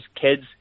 kids